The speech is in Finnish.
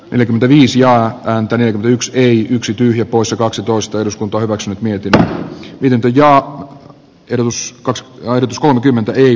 neljäkymmentäviisi ja antony byx eli yksi tyhjä poissa kaksitoista eduskunta hyväksynyt mietitään miten kujaa plus kaksi jairz kolmekymmentä eli